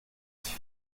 sich